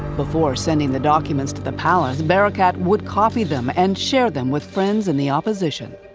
before sending the documents to the palace, barakat would copy them and share them with friends in the opposition.